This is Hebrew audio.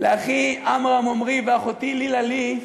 לאחי עמרם עמרי ואחותי לילה ליהי,